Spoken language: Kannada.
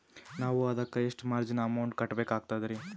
ನಾವು ಅದಕ್ಕ ಎಷ್ಟ ಮಾರ್ಜಿನ ಅಮೌಂಟ್ ಕಟ್ಟಬಕಾಗ್ತದ್ರಿ?